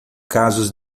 casos